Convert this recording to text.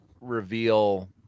reveal